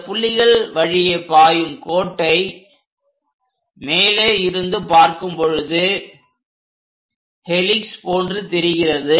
இந்த புள்ளிகள் வழியே பாயும் கோட்டை மேலே இருந்து பார்க்கும் பொழுது ஹெலிக்ஸ் போன்று தெரிகிறது